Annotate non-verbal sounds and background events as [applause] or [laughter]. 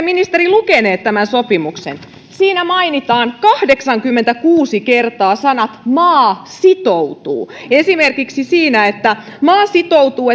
[unintelligible] ministeri lukenut tämän sopimuksen siinä mainitaan kahdeksankymmentäkuusi kertaa sanat maa sitoutuu esimerkiksi siinä että maa sitoutuu [unintelligible]